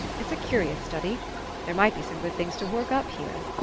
it's a curious study there might be some good things to work up here.